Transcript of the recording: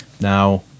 Now